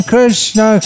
Krishna